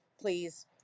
please